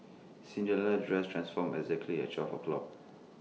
Cinderella's dress transformed exactly at twelve o'clock